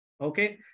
Okay